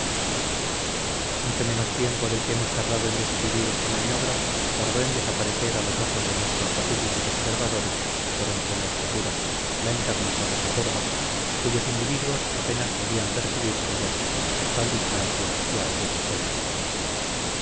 mucho menos tiempo del que hemos tardado en describir esta maniobra tardó en desaparecer a los ojos de nuestros pacíficos observadores por entre la espesura la encarnizada caterva cuyos individuos apenas podían percibirse ya a tal distancia y a aquellas horas